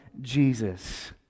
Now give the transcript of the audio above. Jesus